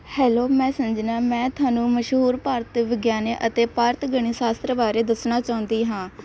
hello ਮੈਂ ਸੰਜਨਾ ਮੈਂ ਤੁਹਾਨੂੰ ਮਸ਼ਹੂਰ ਭਾਰਤ ਵਿਗਿਆਨੀ ਅਤੇ ਭਾਰਤ ਗਣਿਤ ਸ਼ਾਸਤਰ ਬਾਰੇ ਦੱਸਣਾ ਚਾਹੁੰਦੀ ਹਾਂ